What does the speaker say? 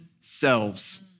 selves